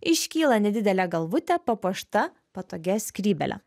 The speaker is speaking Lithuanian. iškyla nedidelė galvutė papuošta patogia skrybėle